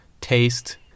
taste